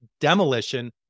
demolition